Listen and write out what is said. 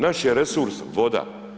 Naš je resurs voda.